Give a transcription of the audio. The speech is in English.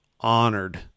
honored